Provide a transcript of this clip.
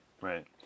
right